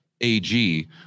AG